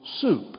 soup